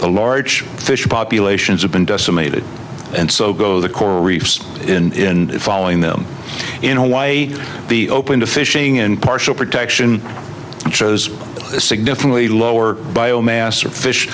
the large fish populations have been decimated and so go the coral reefs in following them in a way the open to fishing and partial protection shows significantly lower bio mass or fish